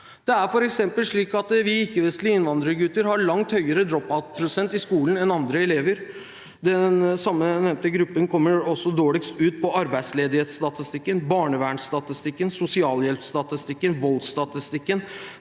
Det er f.eks. slik at vi ikkevestlige innvandrergutter har langt høyere «drop-out»-prosent i skolen enn andre elever. Den samme nevnte gruppen kommer også dårligst ut på arbeidsledighetsstatistikken, barnevernsstatistikken, sosialhjelpsstatistikken, voldsstatistikken,